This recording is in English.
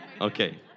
Okay